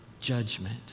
judgment